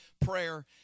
prayer